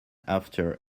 after